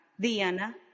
Diana